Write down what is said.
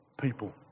people